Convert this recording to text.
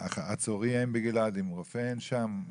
הַצֳרִי אֵין בְּגִלְעָד אִם רֹפֵא אֵין שָׁם.